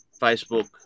facebook